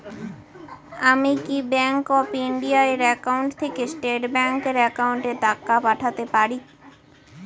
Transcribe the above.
আমি কি Bank of India এর একাউন্ট থেকে স্টেট ব্যাংক এর একাউন্টে টাকা পাঠাতে পারি?